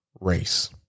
race